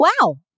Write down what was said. Wow